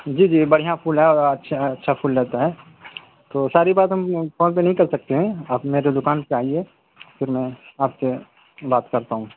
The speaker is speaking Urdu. جی جی بڑھیا پھول ہے اور اچھا اچھا پھول رہتا ہے تو ساری بات ہم فون پہ نہیں کر سکتے ہیں آپ میرے دکان پہ آئیے پھر میں آپ سے بات کرتا ہوں